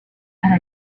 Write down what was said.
para